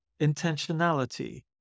intentionality